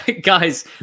Guys